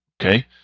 Okay